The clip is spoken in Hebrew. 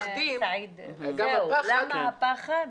למה הפחד?